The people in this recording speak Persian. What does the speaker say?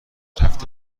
هفته